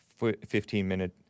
15-minute